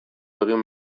egin